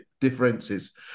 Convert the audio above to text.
differences